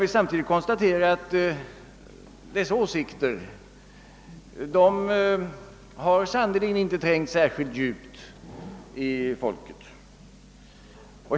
Men samtidigt konstaterar jag att denna åsikt sannerligen inte har trängt ned särskilt djupt hos folket.